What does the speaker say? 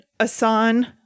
Asan